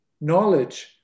knowledge